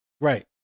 right